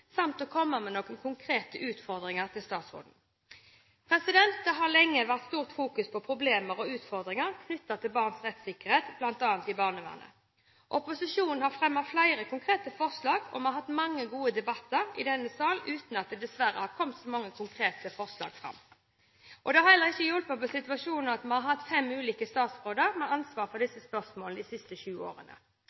samt å komme med noen konkrete utfordringer til statsråden. Det har lenge vært stort fokus på problemer og utfordringer knyttet til barns rettssikkerhet bl.a. i barnevernet. Opposisjonen har fremmet flere konkrete forslag, og vi har hatt mange gode debatter i denne sal uten at det dessverre har kommet så mange konkrete forslag fram. Det har heller ikke hjulpet på situasjonen at vi har hatt fem ulike statsråder med ansvar for disse spørsmålene de siste syv årene.